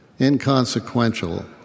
inconsequential